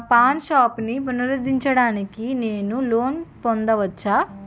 నా పాన్ షాప్ని పునరుద్ధరించడానికి నేను లోన్ పొందవచ్చా?